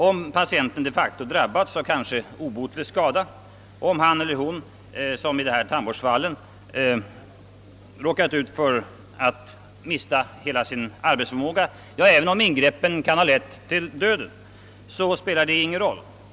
Om patienten de facto drabbas av en kanske obotlig skada, om han eller hon — som i det tandvårdsfall jag refererade — mist all sin arbetsförmåga, ja även om ett ingrepp lett till döden, så spelar detta ingen roll.